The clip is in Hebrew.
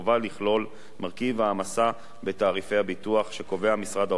מרכיב העמסה בתעריפי הביטוח שקובע משרד האוצר ל"פול",